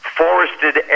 forested